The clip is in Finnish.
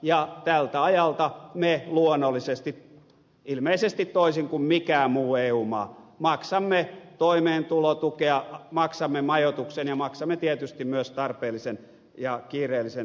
ja tältä ajalta me luonnollisesti ilmeisesti toisin kuin mikään muu eu maa maksamme toimeentulotukea maksamme majoituksen ja maksamme tietysti myös tarpeellisen ja kiireellisen terveydenhoidon